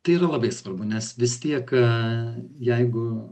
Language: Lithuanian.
tai yra labai svarbu nes vis tiek jeigu